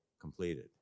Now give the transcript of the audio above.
completed